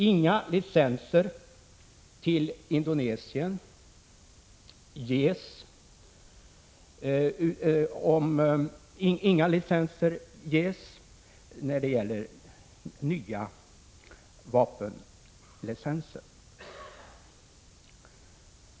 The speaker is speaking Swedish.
Inga nya vapenlicenser ges.